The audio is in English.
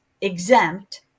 exempt